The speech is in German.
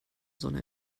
sonne